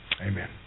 Amen